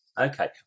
Okay